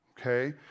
okay